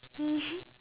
mmhmm